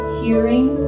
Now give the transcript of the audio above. hearing